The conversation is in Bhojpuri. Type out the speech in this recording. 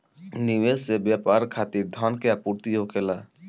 निवेश से व्यापार खातिर धन के आपूर्ति होखेला